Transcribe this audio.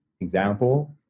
example